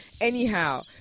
Anyhow